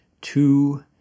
two